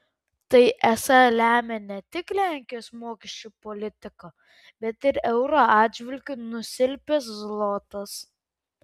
tai esą lemia ne tik lenkijos mokesčių politika bet ir euro atžvilgiu nusilpęs zlotas